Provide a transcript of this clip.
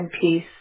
peace